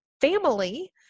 family